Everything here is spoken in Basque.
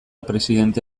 presidente